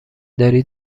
داری